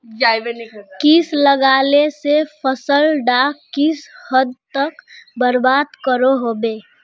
किट लगाले से फसल डाक किस हद तक बर्बाद करो होबे?